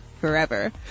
forever